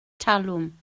talwm